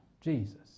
Jesus